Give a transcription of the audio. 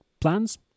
plans